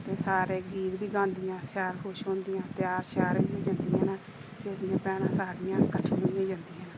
ते सारे गीत बी गांदिया शैल खुश होंदियां त्यार श्यार होइये जंदियां न स्हेलियां भैनां सारियां कट्ठियां होइये जंदियां न